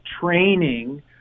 training